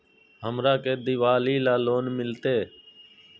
हमरा के दिवाली ला लोन मिलते?